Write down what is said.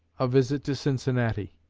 a visit to cincinnati.